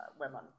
women